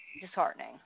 disheartening